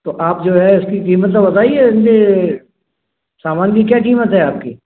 तो आप जो है उसकी कीमत तो बताइए सामान की क्या कीमत है आपके